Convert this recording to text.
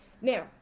now